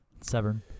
Severn